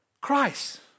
Christ